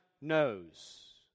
knows